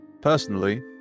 personally